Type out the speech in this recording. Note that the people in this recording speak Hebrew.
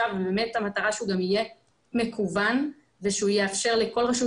באמת המטרה שהוא גם יהיה מקוון ושהוא יאפשר לכל רשות